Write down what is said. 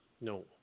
No